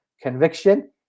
conviction